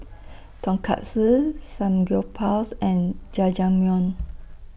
Tonkatsu Samgyeopsal and Jajangmyeon